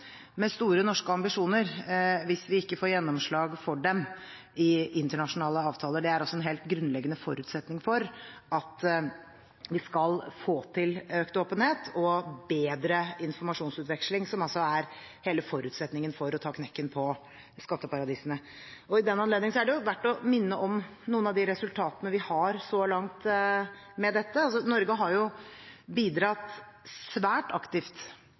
med store norske ambisjoner hvis vi ikke får gjennomslag for dem i internasjonale avtaler. Det er en helt grunnleggende forutsetning for at vi skal få til økt åpenhet og bedre informasjonsutveksling, som altså er hele forutsetningen for å ta knekken på skatteparadisene. I den anledning er det verdt å minne om noen av de resultatene vi har så langt med dette. Norge har bidratt svært aktivt